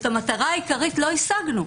את המטרה העירקית לא השגנו.